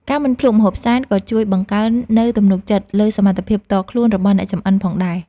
ការមិនភ្លក្សម្ហូបសែនក៏ជួយបង្កើននូវទំនុកចិត្តលើសមត្ថភាពផ្ទាល់ខ្លួនរបស់អ្នកចម្អិនផងដែរ។